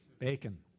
Bacon